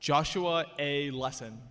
joshua a lesson